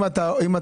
אם אתה --- ינון,